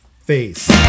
face